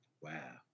Wow